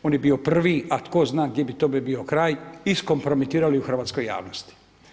On je bio prvi, a tko zna gdje bi tome bio kraj iskompromitirali u hrvatskoj javnosti.